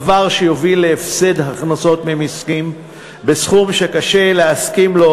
דבר שיוביל להפסד הכנסות ממסים בסכום שקשה להסכים לו,